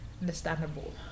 Understandable